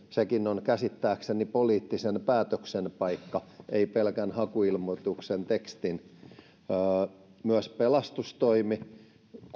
sekin on käsittääkseni poliittisen päätöksen paikka ei pelkän hakuilmoituksen tekstin niin pelastustoimi